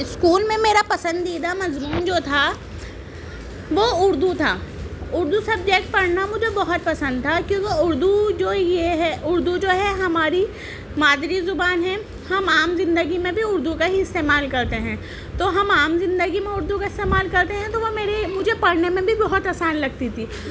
school میں میرا پسندیدہ مضمون جو تھا وہ اردو تھا اردو سبجیکٹ پڑھنا مجھے بہت پسند تھا کیونکہ اردو جو یہ ہے اردو جو ہے ہماری مادری زبان ہے ہم عام زندگی میں بھی اردو کا ہی استعمال کرتے ہیں تو ہم عام زندگی میں اردو کا استعمال کرتے ہیں تو وہ میرے مجھے پڑھنے میں بھی بہت آسان لگتی تھی